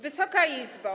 Wysoka Izbo!